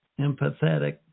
empathetic